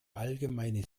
allgemeine